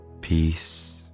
peace